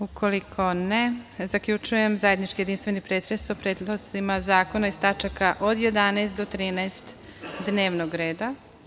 Ukoliko ne, zaključujem zajedničkog i jedinstvenog pretresa o predlozima zakona iz tačaka od 11 do 13 dnevnog reda.